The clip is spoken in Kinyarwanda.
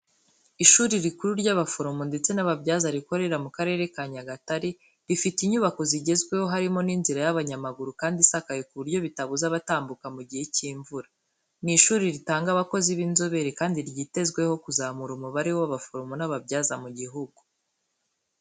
Ishuri rikuru ry'abaforomo ndetse n'ababyaza rikorera mu Karere ka Nyagatare. Rifite inyubako zigezweho harimo n'inzira y'abanyamaguru kandi isakaye ku buryo bitabuza abatambuka mu gihe cy'imvura. Ni ishuri ritanga abakozi b'inzobere kandi ryitezweho kuzamura umubare w'abaforomo n'ababyaza mu gihugu.